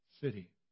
city